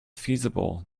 feasible